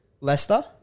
Leicester